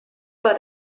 vor